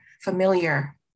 familiar